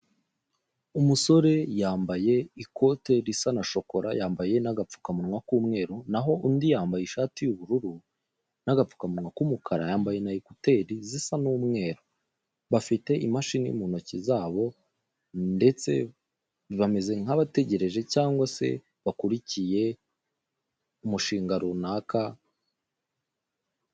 Umusore yambaye ikote risa na shokora yambaye n'agapfukamunwa k'umweru, naho undi yambaye ishati y'ubururu n'agapfukamunwa k'umukara, yambaye ai ekuteri zisa n'umweru bafite imashini mu ntoki zabo, ndetse bameze nkabategereje cyangwa se bakurikiye umushinga runaka.